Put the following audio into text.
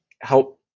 help